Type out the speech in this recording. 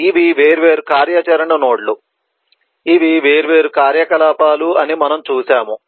ఇవి వేర్వేరు కార్యాచరణ నోడ్లు ఇవి వేర్వేరు కార్యకలాపాలు అని మనము చూశాము